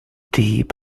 deep